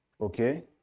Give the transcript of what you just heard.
okay